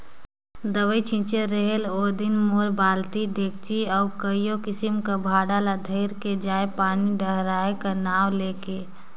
दवई छिंचे ले रहेल ओदिन मारे बालटी, डेचकी अउ कइयो किसिम कर भांड़ा ल धइर के जाएं पानी डहराए का नांव ले के